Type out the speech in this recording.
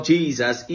Jesus